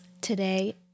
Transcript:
Today